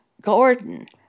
Gordon